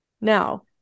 Now